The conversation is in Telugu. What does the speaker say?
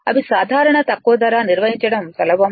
అవి సాధారణ తక్కువ ధర నిర్వహించడం సులభం